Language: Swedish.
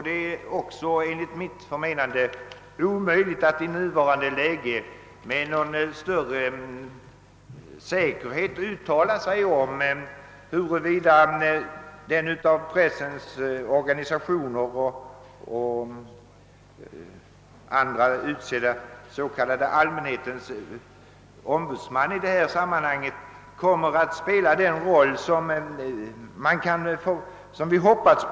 Det är emellertid enligt mitt förmenande omöjligt att i dagens läge med någon större säkerhet uttala sig om huruvida den allmänhetens ombudsman som pressens organisationer och andra utser kommer att spela den roll som vi har hoppats.